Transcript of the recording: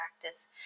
practice